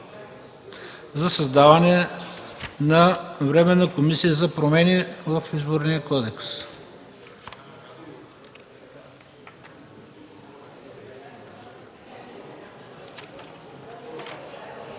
за създаване на Временна комисия за промени в Изборния кодекс